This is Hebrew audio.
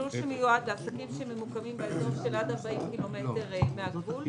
מיועד לעסקים שממוקמים באזור עד 40 קילומטר מן הגבול.